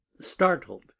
Startled